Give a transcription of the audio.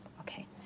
Okay